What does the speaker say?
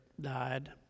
died